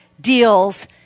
deals